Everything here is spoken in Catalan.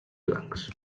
blancs